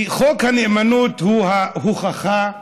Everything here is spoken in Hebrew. כי חוק הנאמנות הוא ההוכחה לכך,